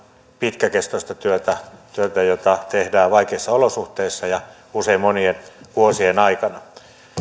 pitkäkestoista työtä työtä jota tehdään vaikeissa olosuhteissa ja usein monien vuosien aikana